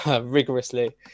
rigorously